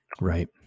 Right